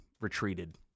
retreated